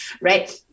right